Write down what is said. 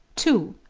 to